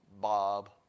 Bob